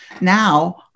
Now